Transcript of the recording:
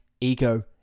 Ego